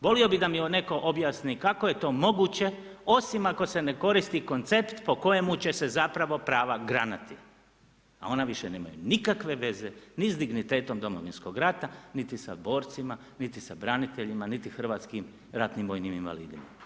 Volio bih da mi netko objasni kako je to moguće, osim ako se ne koristi koncept po kojemu će se zapravo prava granati, a ona više nemaju nikakve veze ni s dignitetom Domovinskog rata, niti sa borcima, niti sa braniteljima, niti hrvatskim ratnim vojnim invalidima.